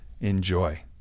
Enjoy